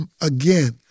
again